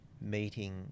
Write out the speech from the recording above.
meeting